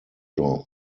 john